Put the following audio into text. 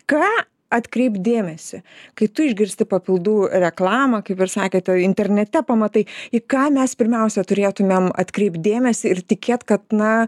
ką atkreipt dėmesį kai tu išgirsti papildų reklamą kaip ir sakėte internete pamatai į ką mes pirmiausia turėtumėm atkreipt dėmesį ir tikėt kad na